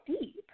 deep